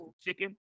chicken